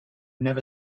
never